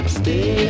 stay